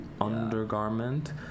undergarment